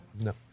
No